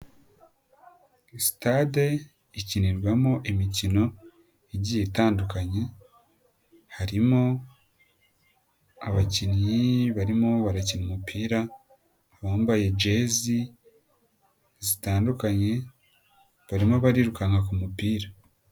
Sitade ikinirwamo imikino igiye itandukanye, harimo abakinnyi barimo barakina umupira, wambaye jezi zitandukanye barimo barirukanka ku kumupira.